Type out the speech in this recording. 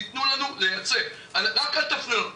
תתנו לנו לייצא, רק אל תפריעו לנו.